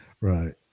Right